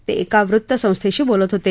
ते एका वृत्तसंस्थेशी बोलत होते